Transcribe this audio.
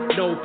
no